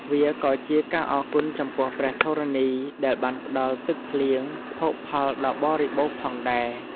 វាក៏ជាការអរគុណចំពោះព្រះធរណី ដែលបានផ្ដល់ទឹកភ្លៀង ភោគផលដ៏បរិបូរណ៍ផងដែរ។